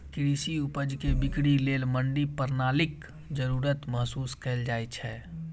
कृषि उपज के बिक्री लेल मंडी प्रणालीक जरूरत महसूस कैल जाइ छै